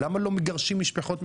למה לא מגרשים משפחות מחבלים?